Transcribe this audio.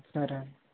సరే అండి